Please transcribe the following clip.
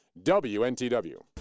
WNTW